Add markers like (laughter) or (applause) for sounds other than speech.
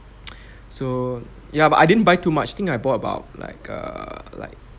(noise) so ya but I didn't buy too much think I bought about like err like